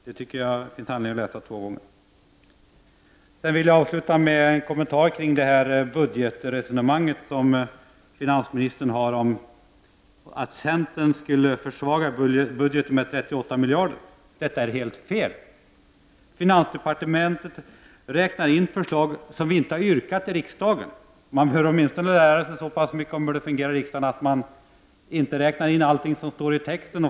Det tycker jag det finns anledning att läsa två gånger. Jag vill avsluta med en kommentar till det resonemang som finansministern för om att centern skulle försvaga budgeten med 38 miljarder. Detta är helt fel. Finansdepartementet räknar in förslag som vi inte har ställt i riksdagen. Man bör åtminstone lära sig så pass mycket om hur det fungerar i riksdagen att man inte räknar in allting som står i texten.